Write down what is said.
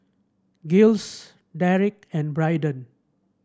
Giles Derek and Braiden